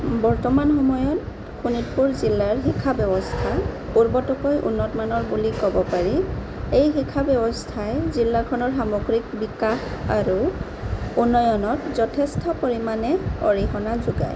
বৰ্তমান সময়ত শোণিতপুৰ জিলাৰ শিক্ষা ব্যৱস্থা পূৰ্বতোতকৈ উন্নতমানৰ বুলি ক'ব পাৰি এই শিক্ষা ব্যৱস্থাই জিলাখনৰ সামগ্ৰিক বিকাশ আৰু উন্নয়নত যথেষ্ট পৰিমাণে অৰিহণা যোগায়